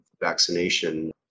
vaccination